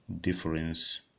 difference